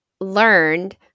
learned